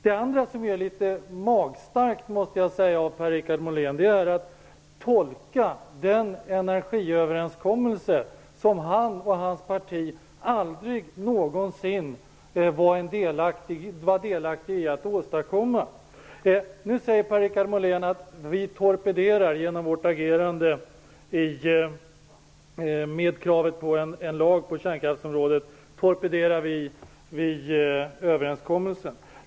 Det var en litet magstark tolkning av den energiöverenskommelse som Per-Richard Molén och hans parti aldrig någonsin var delaktiga i att åstadkomma. Nu säger Per-Richard Molén att vi genom vårt krav på en lag på kärnkraftsområdet torpederar överenskommelsen.